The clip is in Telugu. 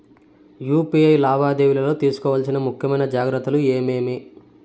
యు.పి.ఐ లావాదేవీలలో తీసుకోవాల్సిన ముఖ్యమైన జాగ్రత్తలు ఏమేమీ?